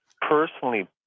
personally